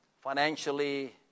financially